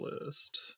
list